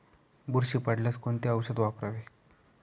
बुरशी पडल्यास कोणते औषध वापरावे?